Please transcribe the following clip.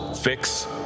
fix